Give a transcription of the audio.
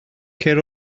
cer